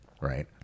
Right